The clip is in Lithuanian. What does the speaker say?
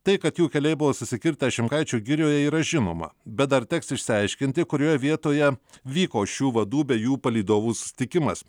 tai kad jų keliai buvo susikirtę šimkaičių girioje yra žinoma bet dar teks išsiaiškinti kurioje vietoje vyko šių vadų bei jų palydovų susitikimas